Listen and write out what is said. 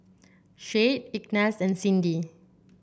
Shade Ignatz and Cyndi